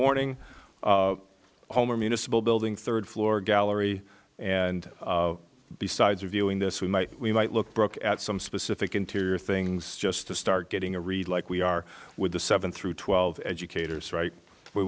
morning homer municipal building third floor gallery and besides reviewing this we might we might look brooke at some specific interior things just to start getting a read like we are with the seven through twelve educators right we